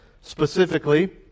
Specifically